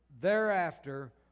thereafter